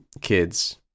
kids